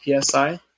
PSI